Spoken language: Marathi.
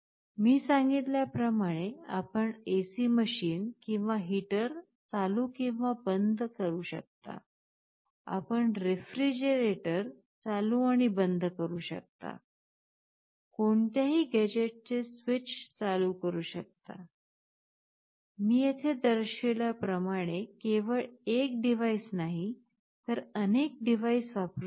मी सांगितल्या प्रमाणे आपण AC मशीन किंवा हीटर चालू आणि बंद करू शकता आपण रेफ्रिजरेटर चालू आणि बंद करू शकता कोणत्याही गॅझेटचे स्विच चालू करू शकता मी येथे दर्शविल्याप्रमाणे केवळ एक डिव्हाइस नाही तर असे अनेक डिव्हाइस वापरू शकतात